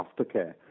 aftercare